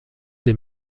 des